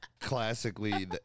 classically